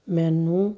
ਮੈਨੂੰ